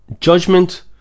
judgment